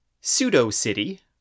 pseudo-city